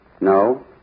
No